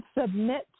submit